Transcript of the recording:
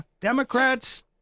Democrats